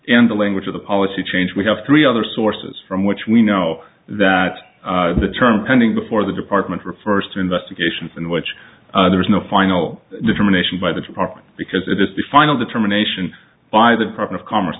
and the language of the policy change we have three other sources from which we know that the term pending before the department refers to investigations in which there is no final determination by the department because it is the final determination by the department of commerce